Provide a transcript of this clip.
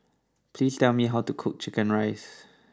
please tell me how to cook Chicken Rice